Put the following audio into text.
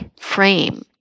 Frame